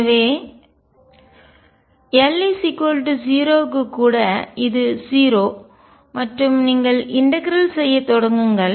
எனவே l 0 க்கு கூட இது 0 மற்றும் நீங்கள் இன்டகரல்ஒருங்கிணைக்க செய்ய தொடங்குங்கள்